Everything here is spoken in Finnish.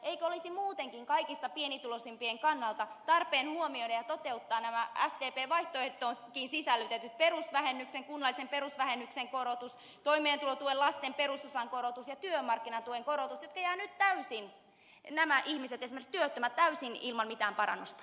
eikö olisi muutenkin kaikista pienituloisimpien kannalta tarpeen huomioida ja toteuttaa nämä sdpn vaihtoehtoonkin sisällytetyt kunnallisen perusvähennyksen korotus toimeentulotuen lasten perusosan korotus ja työmarkkinatuen korotus josta jäävät nämä ihmiset esimerkiksi työttömät täysin ilman mitään parannusta